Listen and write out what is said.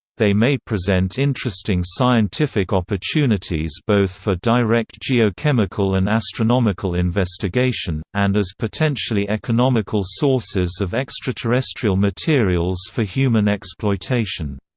they may present interesting scientific opportunities both for direct geochemical and astronomical investigation, and as potentially economical sources of extraterrestrial materials for human exploitation.